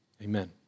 Amen